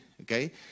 Okay